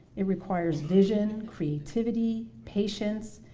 it requires vision, creativity, patience,